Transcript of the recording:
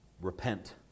repent